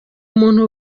umuntu